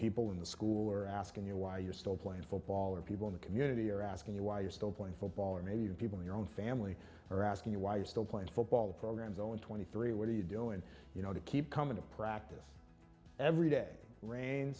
people in the school are asking you why you're still playing football or people in the community are asking you why you're still playing football or maybe even people in your own family are asking you why you still play football programs on twenty three what are you doing you know to keep coming to practice every day ra